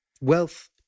wealth